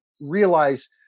realize